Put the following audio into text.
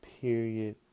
Period